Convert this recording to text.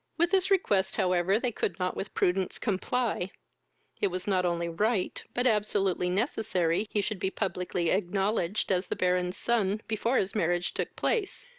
with this request, however, they could not with prudence comply it was not only right, but absolutely necessary he should be publicly acknowledged as the baron's son before his marriage took place,